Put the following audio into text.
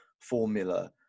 formula